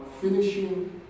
finishing